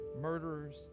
murderers